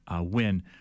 win